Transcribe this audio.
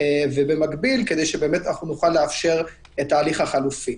ובמקביל, כדי שנוכל לאפשר את ההליך החלופי.